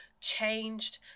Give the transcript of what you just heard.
changed